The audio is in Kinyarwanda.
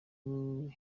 ubu